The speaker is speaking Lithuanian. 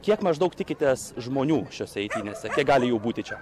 kiek maždaug tikitės žmonių šiose eitynėse kiek gali būti čia